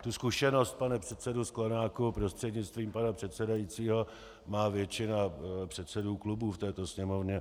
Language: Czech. Tu zkušenost, pane předsedo Sklenáku prostřednictvím pana předsedajícího, má většina předsedů klubů v této Sněmovně.